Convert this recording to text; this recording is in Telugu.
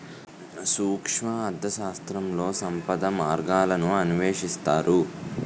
సూక్ష్మ అర్థశాస్త్రంలో సంపద మార్గాలను అన్వేషిస్తారు